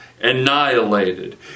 annihilated